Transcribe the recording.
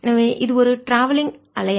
எனவே இது ஒரு ட்ராவெல்லிங் பயண அலை அல்ல